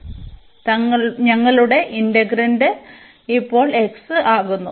അതിനാൽ ഞങ്ങളുടെ ഇന്റഗ്രന്റ് ഇപ്പോൾ x ആകുന്നു